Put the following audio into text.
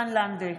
כן,